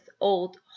old